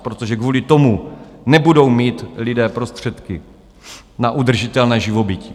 Protože kvůli tomu nebudou mít lidé prostředky na udržitelné živobytí.